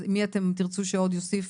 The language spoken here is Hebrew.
מי תרצו שעוד יוסיף?